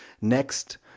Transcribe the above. next